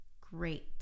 great